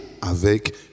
avec